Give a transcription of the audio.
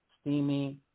steamy